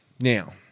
Now